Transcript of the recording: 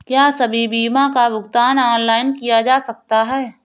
क्या सभी बीमा का भुगतान ऑनलाइन किया जा सकता है?